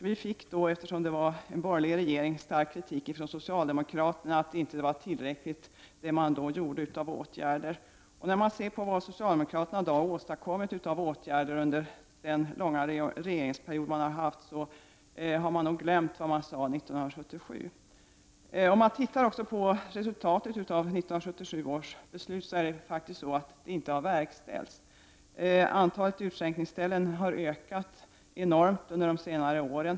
Vi fick då, eftersom det var en borgerlig regering, stark kritik från socialdemokraterna för att de åtgärder som vidtogs var otillräckliga. När man ser på vad socialdemokraterna i dag har åstadkommit i form av åtgärder under den långa regeringsperiod de har haft inser man att de nog har glömt vad de sade år 1977. Resultatet har blivit att 1977 års beslut inte har verkställts. Antalet utskänkningsställen har ökat enormt under de senaste åren.